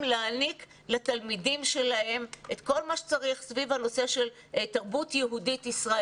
להעניק לתלמידים שלהם את כל מה שצריך סביב הנושא של תרבות יהודית-ישראלית,